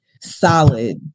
solid